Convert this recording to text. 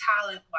talent